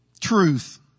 Truth